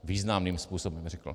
Významným způsobem, řeknu.